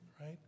right